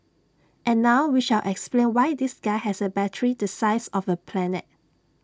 and now we shall explain why this guy has A battery the size of A planet